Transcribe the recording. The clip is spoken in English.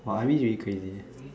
!wah! I_B is really crazy eh